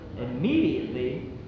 immediately